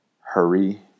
hurry